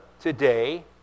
today